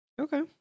okay